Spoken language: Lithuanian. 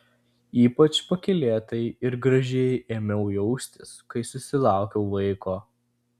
ypač pakylėtai ir gražiai ėmiau jaustis kai susilaukiau vaiko